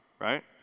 right